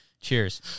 cheers